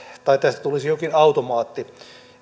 tai tästä tulisi jokin automaatti